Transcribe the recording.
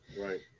Right